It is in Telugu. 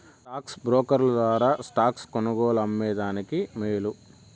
స్టాక్ బ్రోకర్ల ద్వారా స్టాక్స్ కొనుగోలు, అమ్మే దానికి మేలు